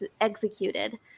executed